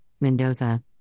Mendoza